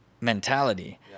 mentality